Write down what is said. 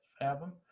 album